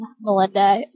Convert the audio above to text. Melinda